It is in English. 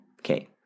Okay